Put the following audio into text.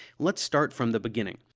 let's start from the beginning.